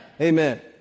Amen